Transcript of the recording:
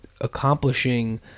accomplishing